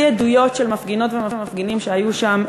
לפי עדויות של מפגינות ומפגינים שהיו שם,